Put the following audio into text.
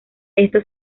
esto